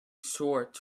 short